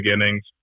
beginnings